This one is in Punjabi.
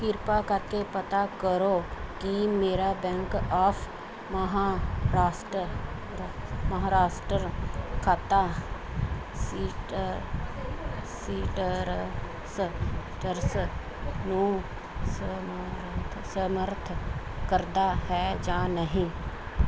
ਕਿਰਪਾ ਕਰਕੇ ਪਤਾ ਕਰੋ ਕਿ ਮੇਰਾ ਬੈਂਕ ਆਫ ਮਹਾਰਾਸ਼ਟਰ ਮਹਾਰਾਸ਼ਟਰ ਖਾਤਾ ਸੀ ਸੀਟ ਸੀਟਰਸ ਨੂੰ ਸਮਰ ਸਮਰਥ ਕਰਦਾ ਹੈ ਜਾਂ ਨਹੀਂ